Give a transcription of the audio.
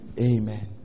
Amen